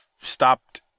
stopped –